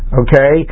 okay